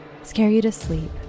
scareyoutosleep